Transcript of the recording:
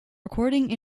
recording